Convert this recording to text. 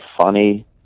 funny